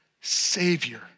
Savior